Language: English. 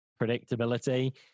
predictability